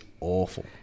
awful